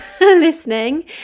listening